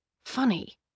Funny